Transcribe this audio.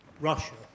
Russia